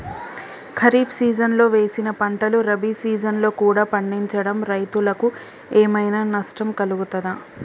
ఖరీఫ్ సీజన్లో వేసిన పంటలు రబీ సీజన్లో కూడా పండించడం రైతులకు ఏమైనా నష్టం కలుగుతదా?